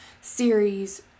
series